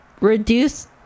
reduce